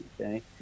okay